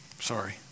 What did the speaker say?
Sorry